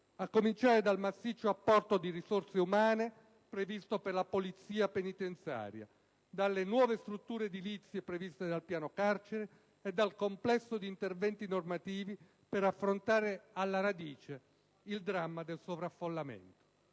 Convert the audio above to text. A cominciare dal massiccio apporto di risorse umane previsto per la polizia penitenziaria, dalle nuove strutture edilizie previste nel piano carceri, e dal complesso di interventi normativi per affrontare alla radice il dramma del sovraffollamento.